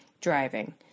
driving